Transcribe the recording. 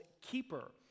keeper